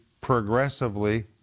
progressively